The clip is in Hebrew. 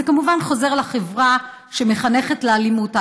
זה כמובן חוזר לחברה שמחנכת לאלימות.